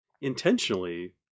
intentionally